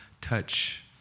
touch